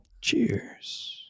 Cheers